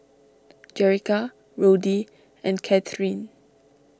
Jerrica Roddy and Kathryne